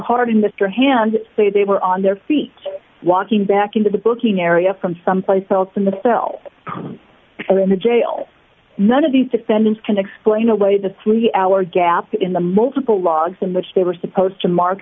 harding mr hand say they were on their feet walking back into the booking area from someplace else in the cell or in the jail none of these defendants can explain away the three hour gap in the multiple logs in which they were supposed to mark